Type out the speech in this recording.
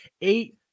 eight